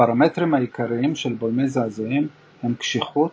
הפרמטרים העיקריים של בולמי זעזועים הם קשיחות,